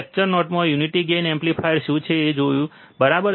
lecture નોટ્સમાં unity gain amplifier શું છે તે આપણે જોયું છે બરાબર